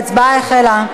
ההצבעה החלה.